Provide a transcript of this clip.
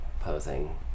posing